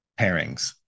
pairings